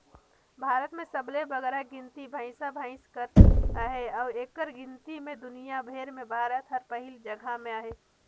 भारत में सबले बगरा गिनती भंइसा भंइस कर अहे अउ एकर गिनती में दुनियां भेर में भारत हर पहिल जगहा में अहे